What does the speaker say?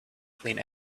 clean